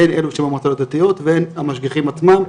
הן אלה שבמועצות הדתיות והן המשגיחים עצמם.